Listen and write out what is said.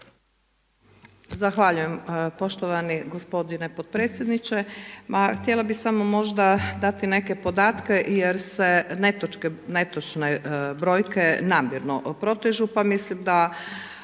Zahvaljujem poštovani gospodine potpredsjedniče. Ma htjela bih samo možda dati neke podatke jer se netočne brojke namjerno protežu